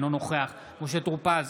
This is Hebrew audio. אינו נוכח משה טור פז,